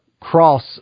cross